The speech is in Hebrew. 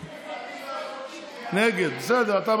נגד, אין